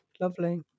Lovely